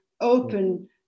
open